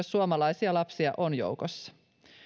suomalaisia lapsia on joukossa